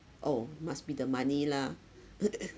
oh must be the money lah